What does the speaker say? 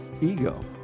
ego